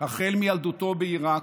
החל מילדותו בעיראק,